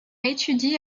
étudié